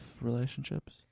relationships